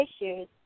issues